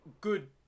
good